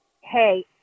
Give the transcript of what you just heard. hey